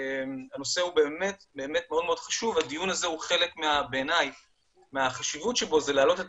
הנושא מאוד חשוב וחלק מהחשיבות שבו זה להעלות את